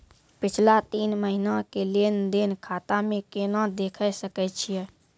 पिछला तीन महिना के लेंन देंन खाता मे केना देखे सकय छियै?